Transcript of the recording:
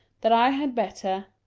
that i had better